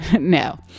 No